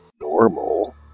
normal